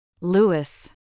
Lewis